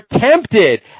tempted